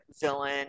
villain